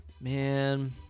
Man